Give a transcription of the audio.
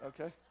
okay